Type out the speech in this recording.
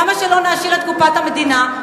למה לא נעשיר את קופת המדינה?